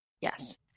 Yes